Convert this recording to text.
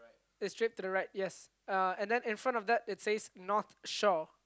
it's straight to the right yes uh and then in front of that it says North Shore